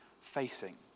facing